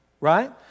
Right